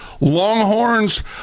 longhorns